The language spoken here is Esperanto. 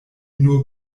nur